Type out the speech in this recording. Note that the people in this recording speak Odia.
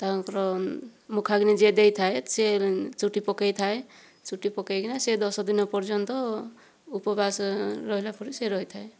ତାଙ୍କର ମୁଖାଗ୍ନି ଯିଏ ଦେଇଥାଏ ସେ ଚୁଟି ପକେଇ ଥାଏ ଚୁଟି ପକେଇକିନା ସେ ଦଶ ଦିନ ପର୍ଯ୍ୟନ୍ତ ଉପବାସ ରହିଲା ପରି ସେ ରହିଥାଏ